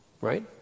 Right